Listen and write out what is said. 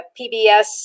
PBS